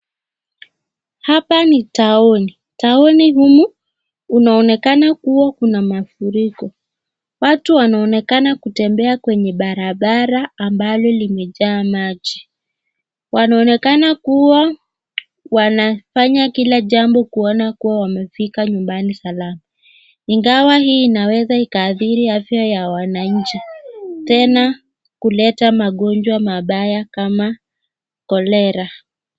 Hapa ni taoni . Taoni humu kunaonekana kuwa kuna mafuriko. Watu wanaonekana kutembea kwenye barabara ambalo limejaa maji. Wanaonekana kuwa wanafanya kila jambo kuona kuwa wamefika nyumbani salama, ingawa hii inaweza ikaadhiri afya ya wananchi, tena kuleta magonjwa mabaya kama kolera.